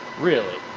really?